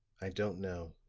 i don't know,